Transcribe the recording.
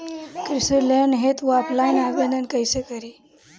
कृषि लोन हेतू ऑफलाइन आवेदन कइसे करि?